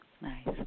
nice